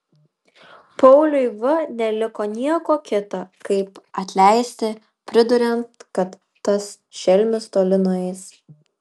pauliui v neliko nieko kita kaip atleisti priduriant kad tas šelmis toli nueis